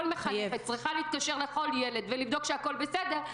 מחנכת צריכה להתקשר לכל ילד ולבדוק שהכול בסדר,